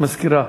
מוותר.